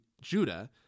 Judah